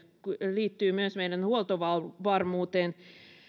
liittyy myös meidän huoltovarmuuteen